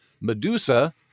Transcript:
Medusa